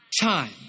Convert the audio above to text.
time